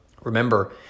Remember